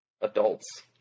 adults